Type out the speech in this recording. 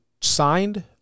signed